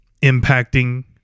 impacting